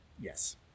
yes